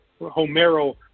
Homero